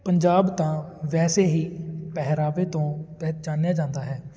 ਪੰਜਾਬ ਤਾਂ ਵੈਸੇ ਹੀ ਪਹਿਰਾਵੇ ਤੋਂ ਪਹਿਚਾਣਿਆ ਜਾਂਦਾ ਹੈ